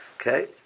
Okay